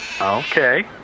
Okay